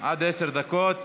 עד עשר דקות.